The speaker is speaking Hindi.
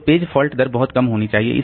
तो पेज फॉल्ट दर बहुत कम होनी चाहिए